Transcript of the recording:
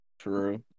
True